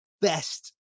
best